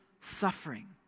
suffering